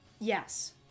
Yes